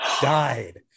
died